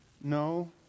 No